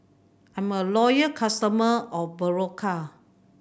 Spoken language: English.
I'm a loyal customer of Berocca